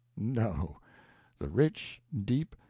no the rich, deep,